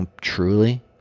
truly